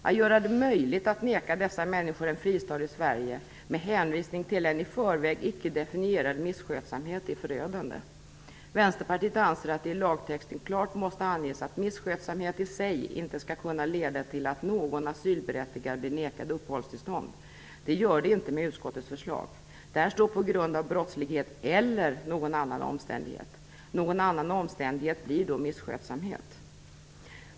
Att göra det möjligt att neka dessa människor en fristad i Sverige med hänvisning till en i förväg icke definierad misskötsamhet är förödande. Vänsterpartiet anser att det i lagtexten klart måste anges att misskötsamhet i sig inte skall kunna leda till att någon asylberättigad blir nekad uppehållstillstånd. Det gör det inte med utskottets förslag. Där står på grund av brottslighet eller någon annan omständighet. Någon annan omständighet blir då misskötsamhet.